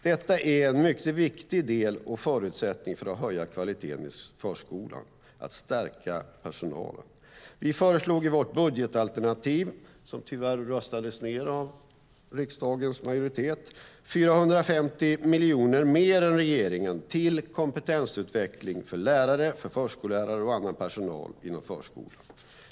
Detta är en mycket viktig del och en förutsättning för att höja kvaliteten i förskolan - att stärka personalen. Vi föreslog i vårt budgetalternativ, som tyvärr röstades ned av riksdagens majoritet, 450 miljoner mer än regeringen till kompetensutveckling för lärare, förskollärare och annan personal inom förskolan.